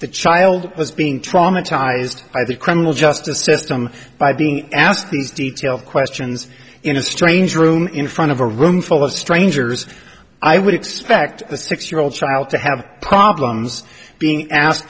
the child as being traumatized by the criminal justice system by being asked these details questions in a strange room in front of a roomful of strangers i would expect a six year old child to have problems being